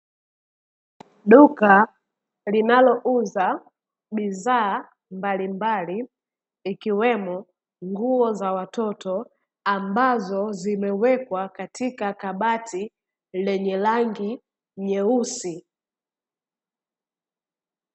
Duka linalouza bidhaa mbalimbali ikiwemo nguo za watoto ambazo zimewekwa katika kabati lenye rangi nyeusi.